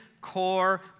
core